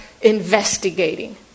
investigating